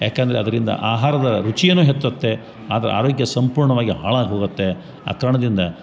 ಯಾಕೆಂದರೆ ಅದರಿಂದ ಆಹಾರದ ರುಚಿ ಏನೋ ಹೆಚ್ಚುತ್ತೆ ಆದ್ರೆ ಆರೋಗ್ಯ ಸಂಪೂರ್ಣವಾಗಿ ಹಾಳಾಗಿ ಹೋಗುತ್ತೆ ಆ ಕಾರಣದಿಂದ